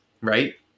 right